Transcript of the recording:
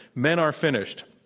men are finished,